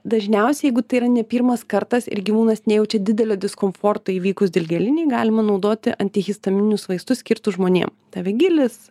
dažniausiai jeigu tai yra ne pirmas kartas ir gyvūnas nejaučia didelio diskomforto įvykus dilgėlinei galima naudoti antihistamininius vaistus skirtus žmonėm tavegilis